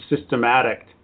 systematic